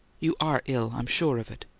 you are ill i'm sure of it.